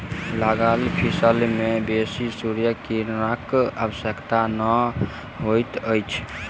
लागल फसिल में बेसी सूर्य किरणक आवश्यकता नै होइत अछि